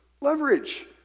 leverage